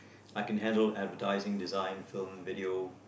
I can handle adversting design film video